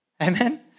Amen